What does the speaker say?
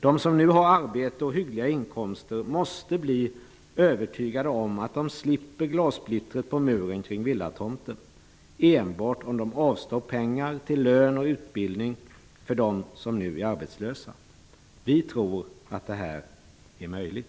De som nu har arbete och hyggliga inkomster måste bli övertygade om att de slipper glassplittret på muren kring villatomten, enbart om de avstår pengar till lön och utbildning för dem som nu är arbetslösa. Vi tror att detta är möjligt.